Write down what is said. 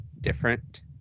different